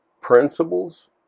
principles